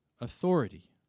authority